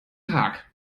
tag